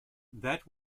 that